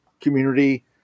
community